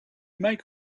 make